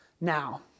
Now